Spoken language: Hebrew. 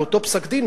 באותו פסק-דין,